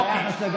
מחבל.